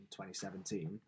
2017